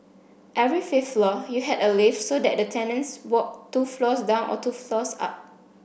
every fifth floor you had a lift so that the tenants walked two floors down or two floors up